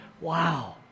wow